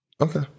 Okay